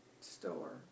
store